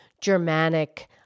Germanic